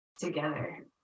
Together